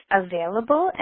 available